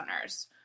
owners